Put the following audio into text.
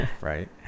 Right